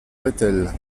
rethel